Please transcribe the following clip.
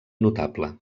notable